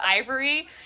ivory